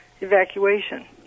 evacuation